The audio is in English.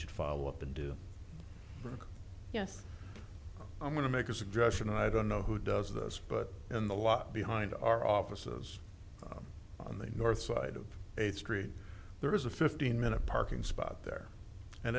should follow up and do yes i'm going to make a suggestion i don't know who does this but in the lot behind our offices on the north side of eighth street there is a fifteen minute parking spot there and